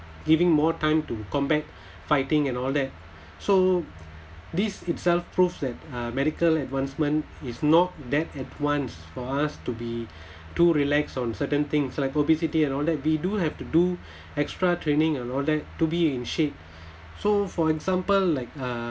giving more time to combat fighting and all that so this itself proves that uh medical advancement is not that advanced for us to be too relax on certain things like obesity and all that we do have to do extra training and all that to be in shape so for example like uh